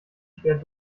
schwer